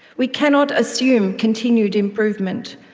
we cannot assume continued improvement.